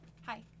Hi